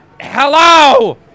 Hello